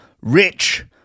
rich